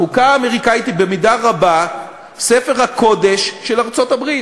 החוקה האמריקנית היא במידה רבה ספר הקודש של ארצות-הברית,